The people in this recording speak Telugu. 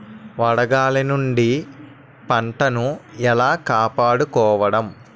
వడగాలి నుండి పంటను ఏలా కాపాడుకోవడం?